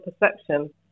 perception